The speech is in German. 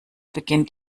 beginnt